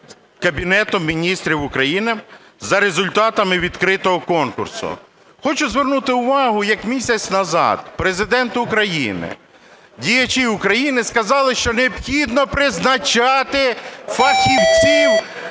Кабінетом Міністрів України за результатами відкритого конкурсу. Хочу звернути увагу як місяць назад Президент України, діячі України сказали, що необхідно призначати фахівців